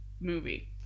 movie